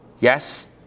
yes